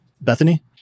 Bethany